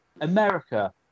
America